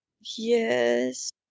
Yes